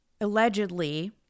allegedly